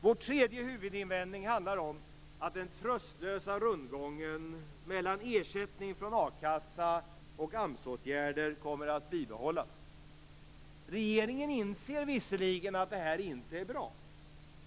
Vår tredje huvudinvändning handlar om att den tröstlösa rundgången mellan ersättning från a-kassa och AMS-åtgärder kommer att bibehållas. Regeringen inser visserligen att det här inte är bra.